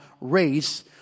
race